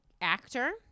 actor